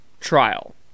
trial